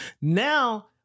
Now